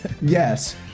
Yes